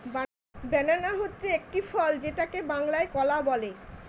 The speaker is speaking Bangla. বানানা হচ্ছে একটি ফল যেটাকে বাংলায় কলা বলে